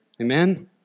Amen